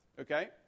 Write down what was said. Okay